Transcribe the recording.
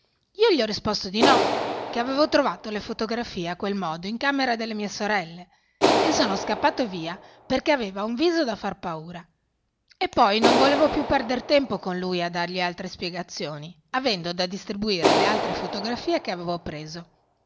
io gli ho risposto di no che avevo trovato le fotografie a quel modo in camera delle mie sorelle e sono scappato via perché aveva un viso da far paura e poi non volevo più perder tempo con lui a dargli altre spiegazioni avendo da distribuire le altre fotografie che avevo preso